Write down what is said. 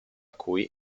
cui